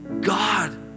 God